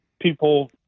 people –